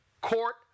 Court